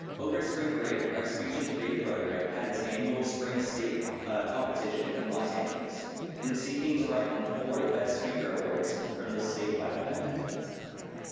over spring break, our speech and debate program had its annual spring state ah competition in los angeles and the sea kings brought home four best speaker awards from this statewide event. and that's so ah great.